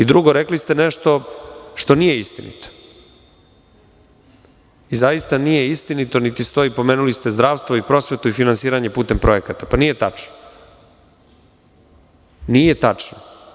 Drugo, rekli ste nešto što nije istinito i zaista nije istinito, niti stoji, pomenuli ste zdravstvo i prosvetu i finansiranje putem projekata, ali to nije tačno.